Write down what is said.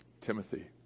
Timothy